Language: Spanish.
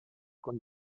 con